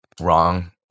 wrong